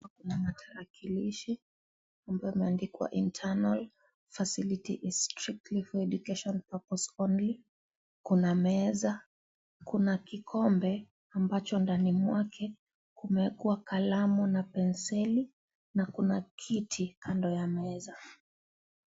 Kuna matarakilishi ambayo imeandikwa internal facility is strictly for education purpose only , kuna meza, kuna kikombe ambacho ndani mwake kumeekwa kalamu na penseli na kuna kiti kando ya meza.